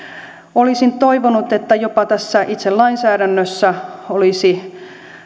olisin toivonut että jopa tässä itse lainsäädännössä olisi